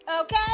Okay